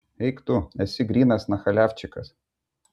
eik tu esi grynas nachaliavčikas